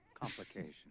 complication